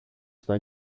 στα